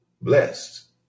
blessed